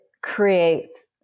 creates